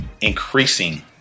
increasing